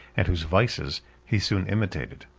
and whose vices he soon imitated.